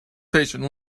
patient